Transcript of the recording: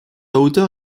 hauteur